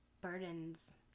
burdens